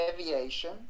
aviation